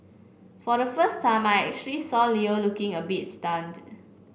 for the first time I actually saw Leo looking a bit stunned